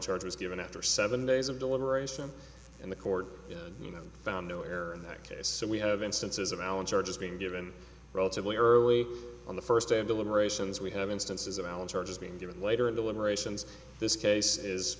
charge is given after seven days of deliberation and the court you know found no error in that case so we have instances of allen charges being given relatively early on the first day of deliberations we have instances of allen charges being given later in the liberations this case is